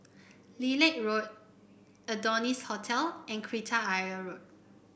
Lilac Road Adonis Hotel and Kreta Ayer Road